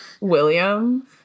William